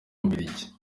bubiligi